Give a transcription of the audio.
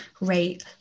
rate